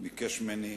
הוא ביקש ממני.